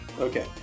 Okay